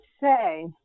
say